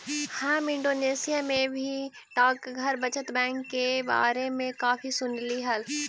हम इंडोनेशिया में भी डाकघर बचत बैंक के बारे में काफी सुनली हल